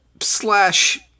Slash